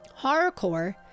Horrorcore